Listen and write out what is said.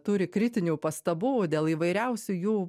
turi kritinių pastabų dėl įvairiausių jų